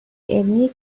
علمی